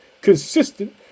consistent